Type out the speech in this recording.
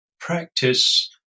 practice